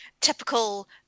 typical